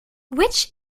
which